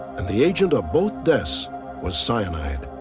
and the agent of both deaths was cyanide.